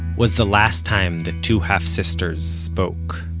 was the last time the two half-sisters spoke